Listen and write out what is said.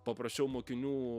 paprašiau mokinių